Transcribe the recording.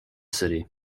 city